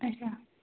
اچھا